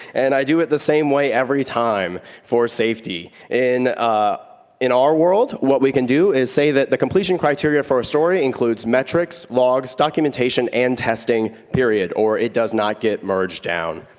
and i do it the same way every time, for safety. in in our world, what we can do is say that the completion criteria for our story includes metrics, logs, documentation, and testing, period, or it does not get merged down.